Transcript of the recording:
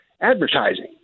advertising